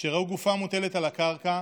שראו גופה מוטלת על הקרקע